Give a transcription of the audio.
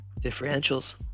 differentials